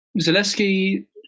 Zaleski